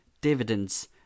dividends